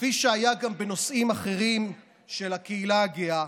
כפי שהיה גם בנושאים אחרים של הקהילה הגאה,